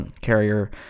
carrier